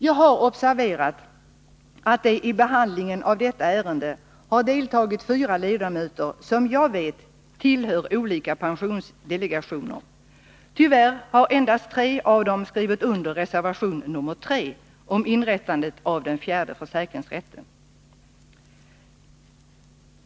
Jag har observerat att i behandlingen av detta ärende har deltagit fyra ledamöter som jag vet tillhör olika pensionsdelegationer. Tyvärr har endast tre av dem skrivit under reservation nr 3 om inrättande av en fjärde försäkringsrätt.